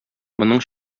моның